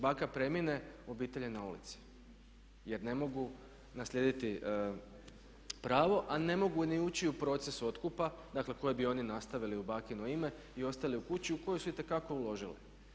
Baka premine i obitelj je na ulici jer ne mogu naslijediti pravo, a ne mogu ni ući u proces otkupa koje bi oni nastavili u bakino ime i ostali u kući u koju su itekako uložili.